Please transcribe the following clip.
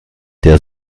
der